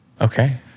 Okay